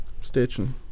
stitching